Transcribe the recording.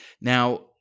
Now